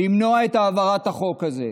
למנוע את העברת החוק הזה.